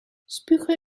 spugen